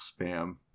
spam